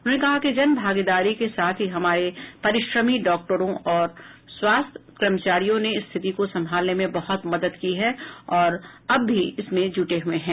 उन्होंने कहा कि जन भागीदारी के साथ ही हमारे परिश्रमी डॉक्टरों और स्वास्थ्य कर्मचारियों ने स्थिति को संभालने में बहुत मदद की है और अब भी इसमें जुटे हुए हैं